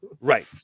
right